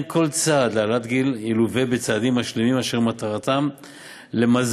כל צעד להעלאת הגיל ילווה בצעדים משלימים אשר מטרתם למזער